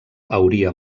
hauria